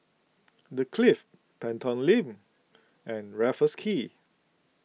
the Clift Pelton Link and Raffles Quay